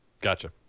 Gotcha